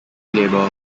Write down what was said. label